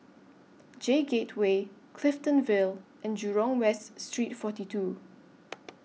J Gateway Clifton Vale and Jurong West Street forty two